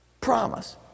Promise